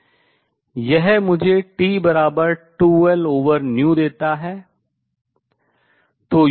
यह मुझे T2Lv देता है